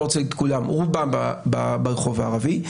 אני לא רוצה להגיד כולם, רובם ברחוב הערבי.